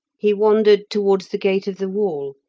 he wandered towards the gate of the wall,